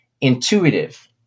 intuitive